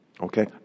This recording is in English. Okay